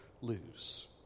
lose